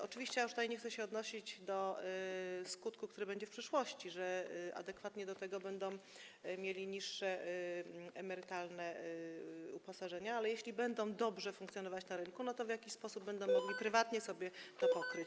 Oczywiście nie chcę już tutaj odnosić się do skutku, który będzie w przyszłości, że adekwatnie do tego będą mieli niższe emerytalne uposażenie, ale jeśli będą dobrze funkcjonować na rynku, to w jakiś sposób będą mogli prywatnie sobie to pokryć.